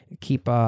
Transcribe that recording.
Keep